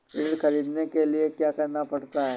ऋण ख़रीदने के लिए क्या करना पड़ता है?